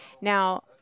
Now –